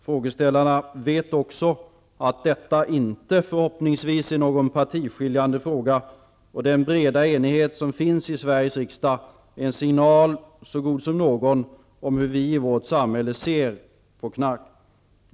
Frågeställarna vet också att detta -- förhoppningsvis -- inte är någon partiskiljande fråga. Den breda enighet som finns i Sveriges riksdag är en signal så god som någon om hur vi i vårt samhälle ser på knark.